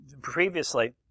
previously